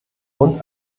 und